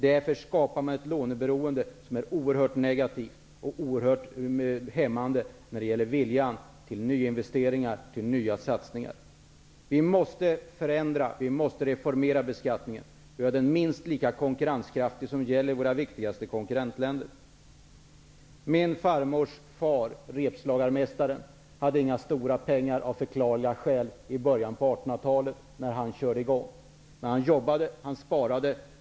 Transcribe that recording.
Det har här skapats ett låneberoende som är oerhört negativt och oerhört hämmande på viljan till nyinvesteringar och nya satsningar. Vi måste förändra, vi måste reformera beskattningen och göra den minst lika konkurrenskraftig som den i våra viktigaste konkurrentländer. Min farmors far, repslagarmästaren, hade av förklarliga skäl inga stora pengar i början på 1800 talet när han körde i gång. Men han jobbade, och han sparade.